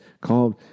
called